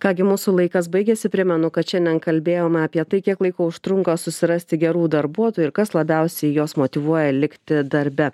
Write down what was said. ką gi mūsų laikas baigėsi primenu kad šiandien kalbėjome apie tai kiek laiko užtrunka susirasti gerų darbuotojų ir kas labiausiai juos motyvuoja likti darbe